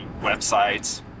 websites